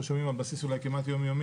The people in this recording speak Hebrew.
שומעים על בסיס אולי כמעט יום-יומי,